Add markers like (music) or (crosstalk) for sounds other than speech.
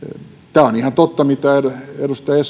tämä on ihan totta mitä edustaja (unintelligible)